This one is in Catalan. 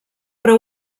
però